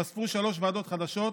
והתווספו שלוש ועדות חדשות